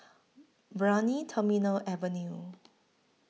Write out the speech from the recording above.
Brani Terminal Avenue